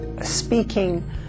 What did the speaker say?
speaking